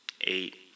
eight